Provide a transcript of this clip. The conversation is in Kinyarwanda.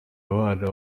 abana